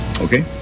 Okay